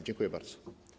Dziękuję bardzo.